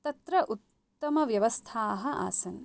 तत्र उत्तमव्यवस्थाः आसन्